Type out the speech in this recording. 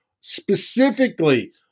specifically